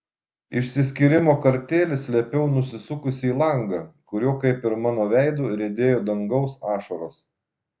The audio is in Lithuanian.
išsiskyrimo kartėlį slėpiau nusisukusi į langą kuriuo kaip ir mano veidu riedėjo dangaus ašaros